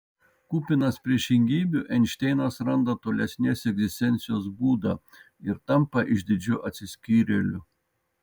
kupinas priešingybių einšteinas randa tolesnės egzistencijos būdą ir tampa išdidžiu atsiskyrėliu